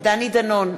דני דנון,